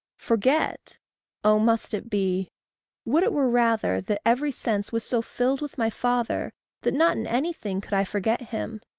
forget oh, must it be would it were rather that every sense was so filled with my father that not in anything could i forget him,